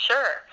Sure